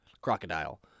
Crocodile